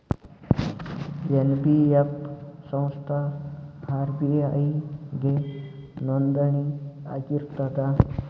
NBF ಸಂಸ್ಥಾ RBI ಗೆ ನೋಂದಣಿ ಆಗಿರ್ತದಾ?